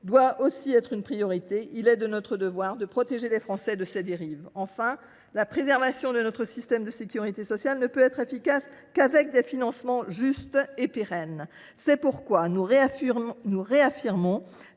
doit être une priorité. Il est de notre devoir de protéger les Français de ces dérives. Enfin, la préservation de notre système de sécurité sociale ne peut être efficace qu’avec des financements justes et pérennes. C’est pourquoi nous réaffirmons